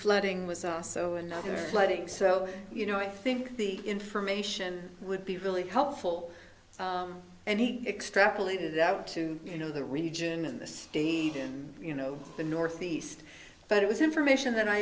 flooding was also another flooding so you know i think the information would be really helpful and he extrapolated out to you know the region in the state and you know the northeast but it was information that i